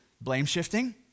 blame-shifting